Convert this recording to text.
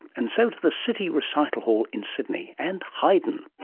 and so to the city recital hall in sydney, and haydn.